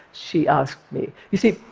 she asked me. you see,